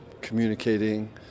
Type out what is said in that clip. communicating